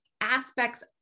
aspects